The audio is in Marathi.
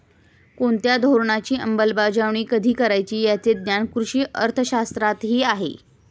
कोणत्या धोरणाची अंमलबजावणी कधी करायची याचे ज्ञान कृषी अर्थशास्त्रातही आहे